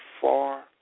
far